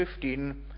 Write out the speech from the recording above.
15